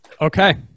okay